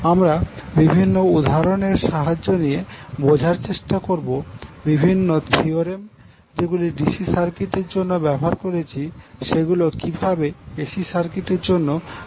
আমরা বিভিন্ন উদাহরণ এর সাহায্য নিয়ে বোঝার চেষ্টা করবো বিভিন্ন থিওরেম যেগুলি ডিসি সার্কিট এর জন্য ব্যবহার করেছি সেগুলো কিভাবে এসি সার্কিটের জন্যও ব্যবহার করা যায়